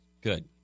Good